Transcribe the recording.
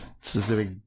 specific